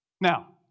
Now